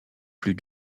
plus